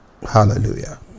Hallelujah